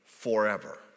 Forever